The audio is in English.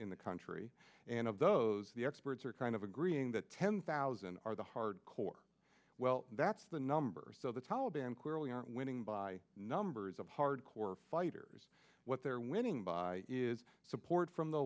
in the country and of those the experts are kind of agreeing that ten thousand are the hardcore well that's the number so the taliban clearly aren't winning by numbers of hardcore fighters what they're winning by is support from the